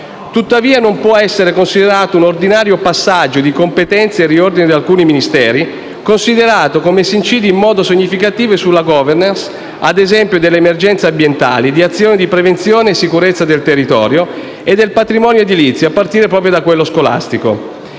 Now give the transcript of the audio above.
Tuttavia, non può essere ritenuto un ordinario passaggio di competenze il riordino di alcuni Ministeri, considerato come si incide in modo significativo sulla *governance* - ad esempio - delle emergenze ambientali, di azione di prevenzione e sicurezza del territorio e del patrimonio edilizio, a partire proprio da quello scolastico.